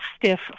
stiff